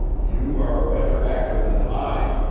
you are a better actor than i.